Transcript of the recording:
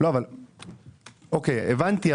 הבנתי.